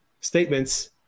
statements